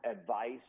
advice